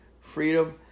freedom